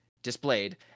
displayed